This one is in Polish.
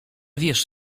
wierz